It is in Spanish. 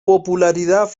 popularidad